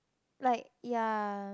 like ya